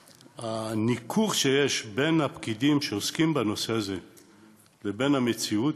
הניכור שיש בין הפקידים שעוסקים בנושא הזה לבין המציאות,